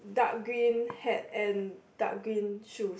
dark green hat and dark green shoes